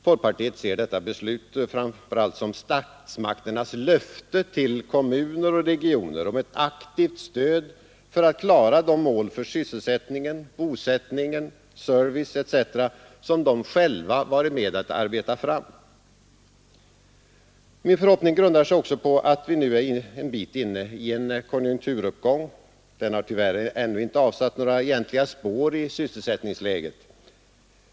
Folkpartiet ser detta beslut framför allt som statsmakternas löfte till kommuner och regioner om ett aktivt stöd för att klara de mål för sysselsättningen, bosättningen, servicen osv. som de själva varit med om att arbeta fram. Min förhoppning grundar sig också på att vi nu är en bit inne i en konjunkturuppgång. Den har tyvärr inte avsatt några egentliga spår i sysselsättningsläget.